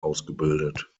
ausgebildet